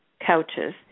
couches